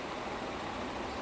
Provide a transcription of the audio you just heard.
that sounds interesting